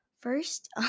first